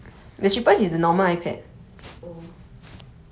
!wah! 千多块 !huh! so expensive